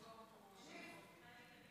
מישהו מהם גם?